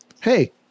hey